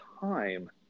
time